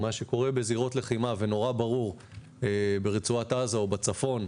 מה שקרה בזירות לחימה וברור מאוד ברצועת עזה ובצפון,